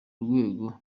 rwego